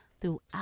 throughout